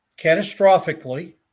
catastrophically